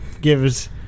gives